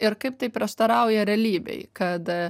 ir kaip tai prieštarauja realybei kad